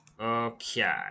Okay